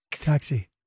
Taxi